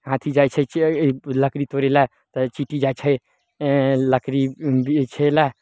हाथी जाइ छै लकड़ी तोड़ै लए तऽ चीटी जाइ छै लकड़ी बिछे लए